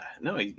no